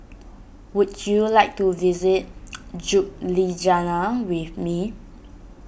would you like to visit Ljubljana with me